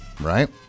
right